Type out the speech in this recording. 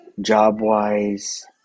job-wise